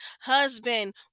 husband